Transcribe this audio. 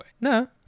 No